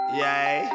yay